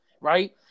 right